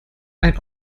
ein